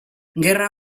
gerra